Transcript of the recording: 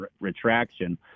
retraction